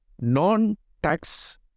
non-tax